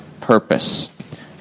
purpose